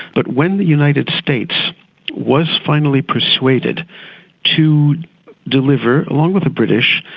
but when the united states was finally persuaded to deliver, along with the british,